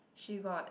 she got